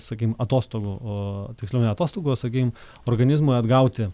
sakykim atostogų tiksliau ne atostogų sakykim organizmui atgauti